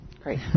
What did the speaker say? Great